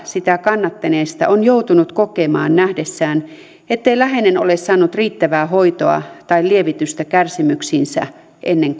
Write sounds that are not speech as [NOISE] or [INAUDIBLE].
sitä kannattaneista on joutunut kokemaan nähdessään ettei läheinen ole saanut riittävää hoitoa tai lievitystä kärsimyksiinsä ennen [UNINTELLIGIBLE]